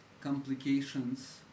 complications